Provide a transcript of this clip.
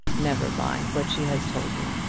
never mind what she has told me.